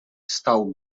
stał